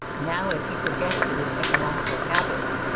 now if he forgets that his economical habits,